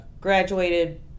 graduated